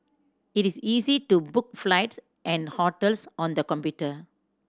it is easy to book flights and hotels on the computer